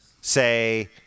say